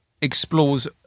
explores